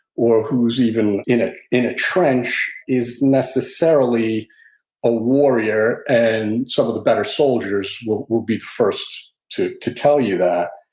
or who's even in ah in a trench is necessarily a warrior, and some of the better soldiers will will be the first to to tell you that.